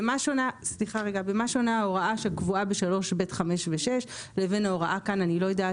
במה שונה ההוראה שקבועה ב-3(ב)(5) ו-(6) לבין ההוראה כאן אני לא יודעת,